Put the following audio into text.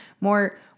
more